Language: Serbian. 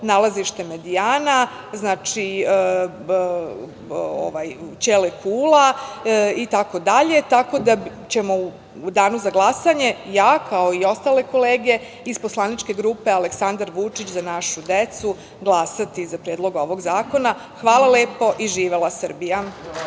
nalazište Medijana, Ćele kula, itd. Tako da ćemo u danu za glasanje ostale kolege i ja iz poslaničke klupe Aleksandar Vučić – Za našu decu glasati za Predlog ovog zakona. Hvala. Živela Srbija.